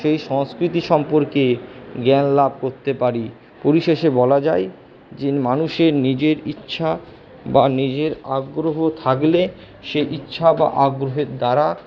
সেই সংস্কৃতি সম্পর্কে জ্ঞান লাভ করতে পারি পরিশেষে বলা যায় যে মানুষের নিজের ইচ্ছা বা নিজের আগ্রহ থাকলে সে ইচ্ছা বা আগ্রহের দ্বারা